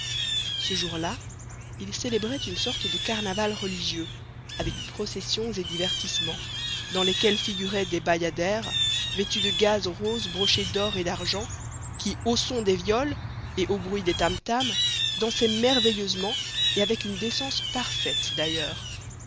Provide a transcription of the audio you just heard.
ce jour-là ils célébraient une sorte de carnaval religieux avec processions et divertissements dans lesquels figuraient des bayadères vêtues de gazes roses brochées d'or et d'argent qui au son des violes et au bruit des tam tams dansaient merveilleusement et avec une décence parfaite d'ailleurs